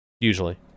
Usually